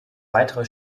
weitere